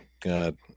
God